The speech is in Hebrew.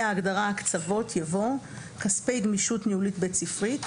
ההגדרה "הקצבות" יבוא: ""כספי גמישות ניהולית בית ספרית"